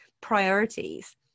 priorities